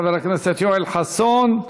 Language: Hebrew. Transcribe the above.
חבר הכנסת יואל חסון.